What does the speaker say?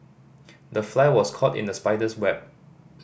the fly was caught in the spider's web